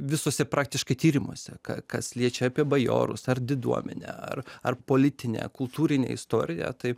visose praktiškai tyrimuose ką kas liečia apie bajorus ar diduomenę ar ar politinę kultūrinę istoriją tai